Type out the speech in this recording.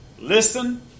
Listen